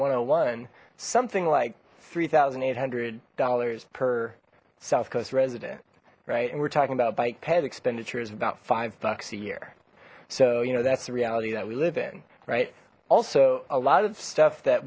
and one something like three thousand eight hundred dollars per south coast resident right and we're talking about bike ped expenditures about five bucks a year so you know that's the reality that we live in right also a lot of stuff that